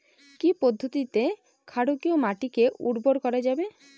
কি পদ্ধতিতে ক্ষারকীয় মাটিকে উর্বর করা যাবে?